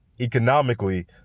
economically